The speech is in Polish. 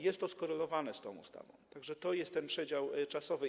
Jest to skorelowane z tą ustawą, tak że to jest ten przedział czasowy.